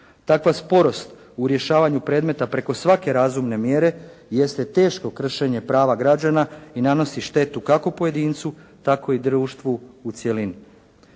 Takva sporost u rješavanju predmeta preko svake razumne mjere jeste teško kršenje prava građana i nanosi štetu kako pojedincu, tako i društvu u cjelini.